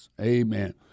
Amen